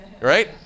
right